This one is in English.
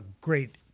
great